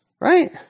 Right